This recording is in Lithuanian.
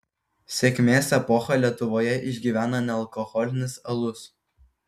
sėkmės epochą lietuvoje išgyvena nealkoholinis alus